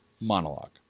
monologue